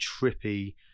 trippy